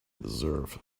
deserve